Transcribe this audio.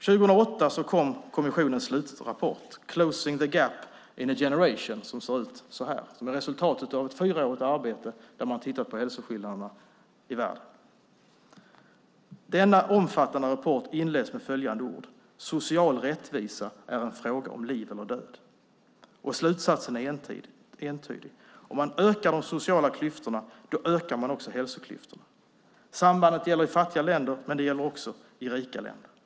År 2008 kom kommissionens slutrapport, Closing the gap in a generation . Den är ett resultat av ett fyraårigt arbete där man har tittat på hälsoskillnaderna i världen. Denna omfattande rapport inleds med följande ord: Social rättvisa är en fråga om liv eller död. Slutsatsen är entydig: Om man ökar de sociala klyftorna ökar man också hälsoklyftorna. Sambandet gäller i fattiga länder. Men det gäller också i rika länder.